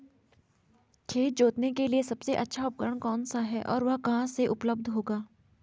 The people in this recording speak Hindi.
खेत जोतने के लिए सबसे अच्छा उपकरण कौन सा है और वह कहाँ उपलब्ध होगा?